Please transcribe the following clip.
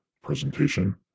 presentation